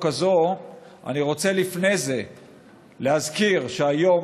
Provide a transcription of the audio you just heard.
הזאת אני רוצה לפני זה להזכיר שהיום,